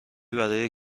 برای